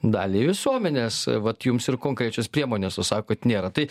daliai visuomenės vat jums ir konkrečios priemonės o sakot nėra tai